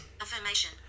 Affirmation